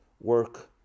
work